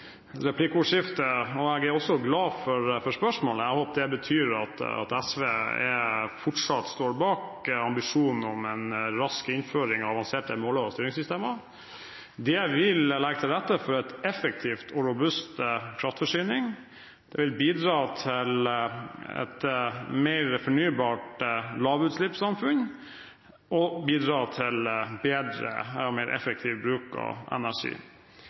og jeg er også glad for spørsmålet. Jeg håper det betyr at SV fortsatt står bak ambisjonen om en rask innføring av Avanserte måle- og styringssystemer. Det vil legge til rette for en effektiv og robust kraftforsyning. Det vil bidra til et mer fornybart lavutslippssamfunn og bidra til bedre og mer effektiv bruk av energi.